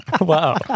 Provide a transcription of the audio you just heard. wow